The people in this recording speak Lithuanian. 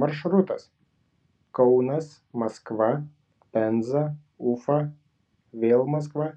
maršrutas kaunas maskva penza ufa vėl maskva